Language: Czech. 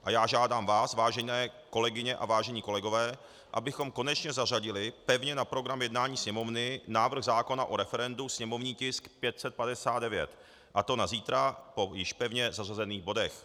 A já žádám vás, vážené kolegyně a vážení kolegové, abychom konečně zařadili pevně na program jednání Sněmovny návrh zákona o referendu, sněmovní tisk 559, a to na zítra po již pevně zařazených bodech.